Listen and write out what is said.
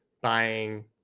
buying